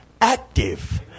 active